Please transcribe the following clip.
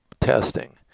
testing